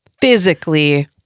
physically